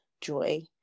joy